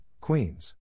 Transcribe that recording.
Queens